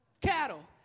cattle